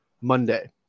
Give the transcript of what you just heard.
Monday